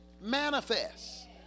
manifest